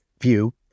view